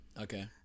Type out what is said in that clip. Okay